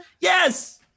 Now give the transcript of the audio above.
Yes